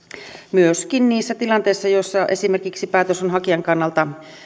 myöskin niissä tilanteissa joissa esimerkiksi päätös on hakijan kannalta